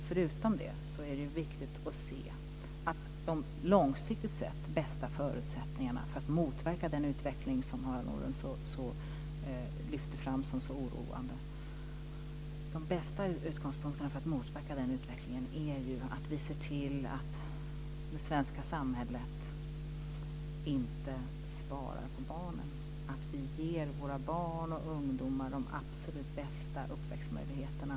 Förutom detta är det viktigt att se till de långsiktigt bästa förutsättningarna för att motverka den utveckling som Harald Nordlund lyfter fram som så oroande. De bästa utgångspunkterna för att motverka nämnda utveckling är att vi ser till att det svenska samhället inte sparar på barnen, utan att vi ger våra barn och ungdomar de absolut bästa uppväxtmöjligheterna.